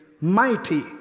mighty